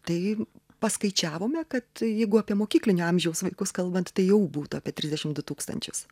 tai paskaičiavome kad jeigu apie mokyklinio amžiaus vaikus kalbant tai jau būtų apie trisdešimt du tūkstančius